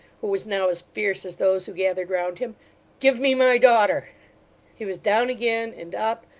who was now as fierce as those who gathered round him give me my daughter he was down again, and up,